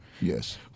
Yes